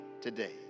today